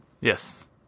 Yes